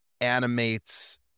animates